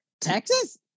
Texas